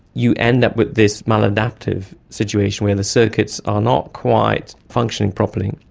you end up with this maladaptive situation where the circuits are not quite functioning properly.